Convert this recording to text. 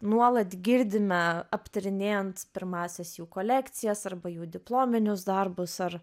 nuolat girdime aptarinėjant pirmąsias jų kolekcijas arba jų diplominius darbus ar